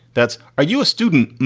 that's. are you a student?